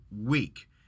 week